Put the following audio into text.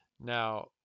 Now